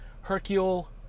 Hercule